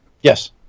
Yes